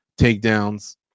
takedowns